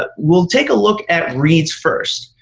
ah we'll take a look at reads first.